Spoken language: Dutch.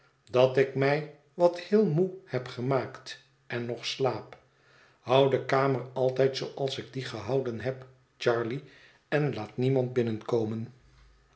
dat ik mij wat heel moe heb gemaakt en nog slaap houd de kamer altijd zooals ik die gehouden heb charley en laat niemand binnenkomen